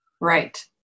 Right